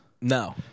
No